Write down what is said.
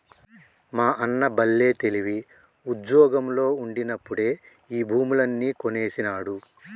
మా అన్న బల్లే తెలివి, ఉజ్జోగంలో ఉండినప్పుడే ఈ భూములన్నీ కొనేసినాడు